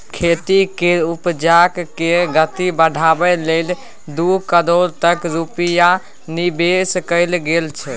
खेती केर उपजाक गति बढ़ाबै लेल दू करोड़ तक रूपैया निबेश कएल गेल छै